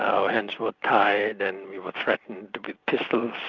hands were tied and we were threatened with pistols